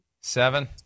seven